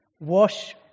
wash